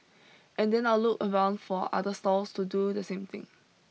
and then I'll look around for other stalls to do the same thing